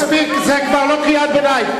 מספיק, זה כבר לא קריאת ביניים.